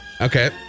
okay